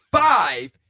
five